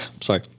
Sorry